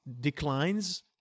declines